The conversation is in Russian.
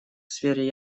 сфере